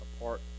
apart